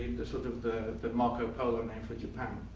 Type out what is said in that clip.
the sort of the marco polo name for japan.